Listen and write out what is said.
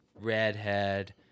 redhead